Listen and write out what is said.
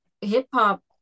hip-hop